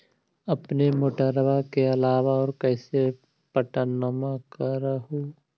अपने मोटरबा के अलाबा और कैसे पट्टनमा कर हू?